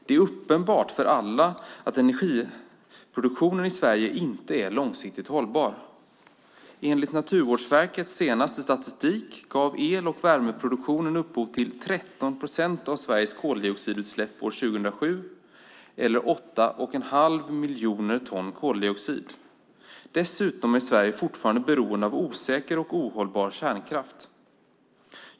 Det är uppenbart för alla att energiproduktionen i Sverige inte är långsiktigt hållbar. Enligt Naturvårdsverkets senaste statistik gav el och värmeproduktionen upphov till 13 procent av Sveriges koldioxidutsläpp år 2007, eller åtta och en halv miljon ton koldioxid. Dessutom är Sverige fortfarande beroende av osäker och ohållbar kärnkraft.